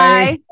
Bye